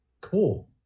Cool